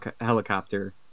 helicopter